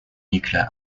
nuclear